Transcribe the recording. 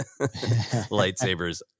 lightsabers